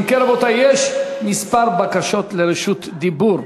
אם כן, רבותי, יש כמה בקשות לרשות דיבור.